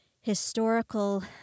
historical